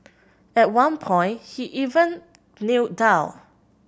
at one point he even Kneel down